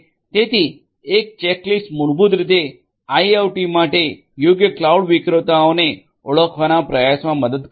તેથી એક ચેકલિસ્ટ મૂળભૂત રીતે આઇઆઇઓટી માટે યોગ્ય ક્લાઉડ વિક્રેતાને ઓળખવાનો પ્રયાસમા મદદ કરશે